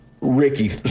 Ricky